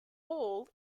all